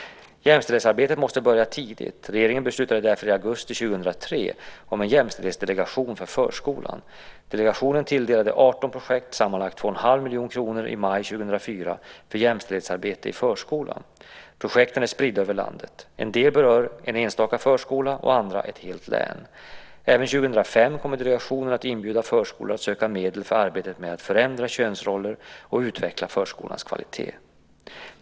Jämställdhetsarbetet måste börja tidigt. Regeringen beslutade därför i augusti 2003 om en jämställdhetsdelegation för förskolan. Delegationen tilldelade 18 projekt sammanlagt 2,5 miljoner kronor i maj 2004 för jämställdhetsarbete i förskolan. Projekten är spridda över landet. En del berör en enstaka förskola och andra ett helt län. Även 2005 kommer delegationen att inbjuda förskolor att söka medel för arbetet med att förändra könsroller och utveckla förskolans kvalitet.